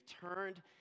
turned